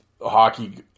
hockey